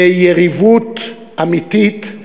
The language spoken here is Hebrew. ליריבות אמיתית,